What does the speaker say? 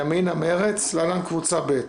ימינה, מרצ) (להלן, קבוצה ב').